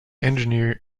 engineer